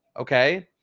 Okay